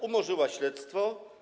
Umorzyła śledztwo.